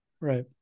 Right